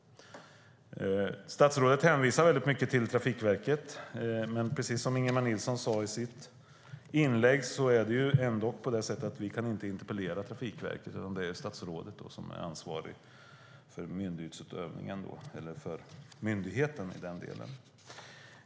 Statsrådet hänvisar mycket till Trafikverket, men precis som Ingemar Nilsson sade i sitt inlägg kan vi ändå inte interpellera Trafikverket, utan det är statsrådet som är ansvarig för myndighetsutövningen eller myndigheten i denna del.